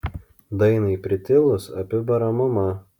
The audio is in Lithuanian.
dainai pritilus apibara mama